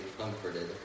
comforted